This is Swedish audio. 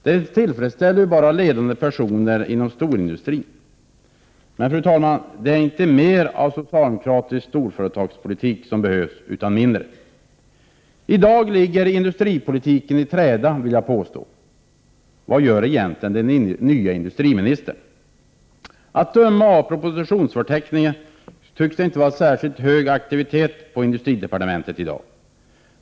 Den tillfredsställer bara ledande personer inom storindustrin. Men, fru talman, det är inte mer av socialdemokratisk storföretagspolitik som behövs, utan mindre. I dag ligger industripolitiken i träda, vill jag påstå. Vad gör egentligen den nya industriministern? Att döma av propositionsförteckningen tycks det inte vara särskilt hög aktivitet på industridepartementet.